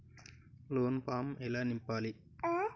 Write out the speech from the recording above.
Loan form ఎలా నింపాలి?